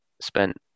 spent